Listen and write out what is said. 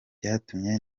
byatumye